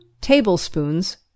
tablespoons